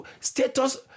status